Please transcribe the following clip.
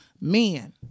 Men